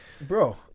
bro